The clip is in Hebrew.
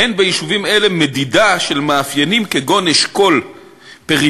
אין ביישובים אלה מדידה של מאפיינים כגון אשכול פריפריאלי,